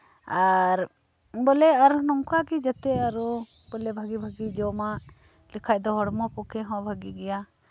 ᱟᱨ ᱵᱚᱞᱮ ᱟᱨᱚ ᱱᱚᱝᱠᱟᱜᱮ ᱡᱟᱛᱮ ᱵᱚᱞᱮ ᱟᱨᱚ ᱵᱷᱟᱹᱜᱤ ᱵᱷᱟᱹᱜᱤ ᱡᱚᱢᱟᱜ ᱞᱮᱠᱷᱟᱱ ᱫᱚ ᱦᱚᱲᱢᱚ ᱯᱚᱠᱠᱷᱮ ᱦᱚᱸ ᱵᱷᱟᱹᱜᱤ ᱜᱮᱭᱟ